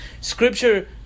Scripture